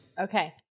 okay